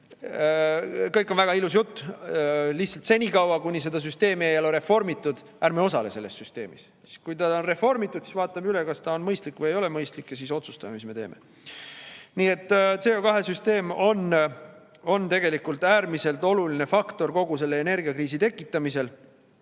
Kõik on väga ilus jutt, lihtsalt senikaua, kuni seda süsteemi ei ole reformitud, ärme osaleme selles süsteemis. Siis, kui ta on reformitud, siis vaatame üle, kas ta on mõistlik või ei ole mõistlik, ja siis otsustame, mis me teeme. Nii et CO2-süsteem on tegelikult äärmiselt oluline faktor kogu selle energiakriisi tekitamisel